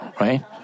right